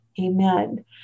Amen